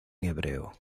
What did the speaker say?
hebreo